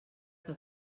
que